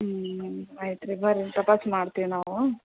ಹ್ಞೂ ಆಯ್ತು ರೀ ಬನ್ರಿ ತಪಾಸು ಮಾಡ್ತಿವಿ ನಾವು